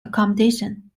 accommodation